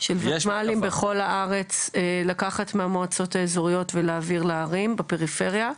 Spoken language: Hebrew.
של ותמ"לים בכל הארץ לקחת מהמועצות האזוריות ולהעביר לערים בפריפריה,